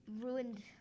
ruined